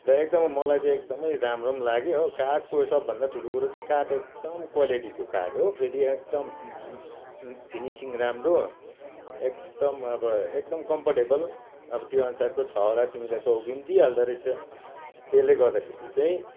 र एकदमै मलाई चाहिँ एकदमै राम्रो पनि लाग्यो हो काठको एकदमै ठुलो कुरो चाहिँ काठ एकदम क्वालिटीको काठ हो फेरि एकदम फिनिसिङ राम्रो एकदम अब एकदम कम्फर्टेबल अब त्यो अनुसारको छवटा तिमीलाई चौकी पनि दिइहाल्दो रहेछ त्यसले गर्दाखेरि चाहिँ